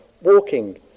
walking